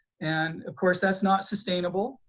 and of course that's not sustainable.